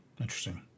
Interesting